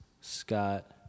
Scott